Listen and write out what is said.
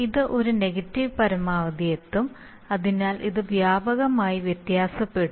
ഇത് ഒരു നെഗറ്റീവ് പരമാവധി എത്തും അതിനാൽ ഇത് വ്യാപകമായി വ്യത്യാസപ്പെടും